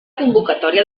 convocatòria